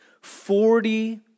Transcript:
Forty